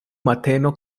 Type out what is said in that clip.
mateno